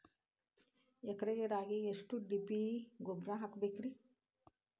ಎಕರೆ ರಾಗಿಗೆ ಎಷ್ಟು ಡಿ.ಎ.ಪಿ ಗೊಬ್ರಾ ಹಾಕಬೇಕ್ರಿ?